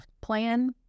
Plan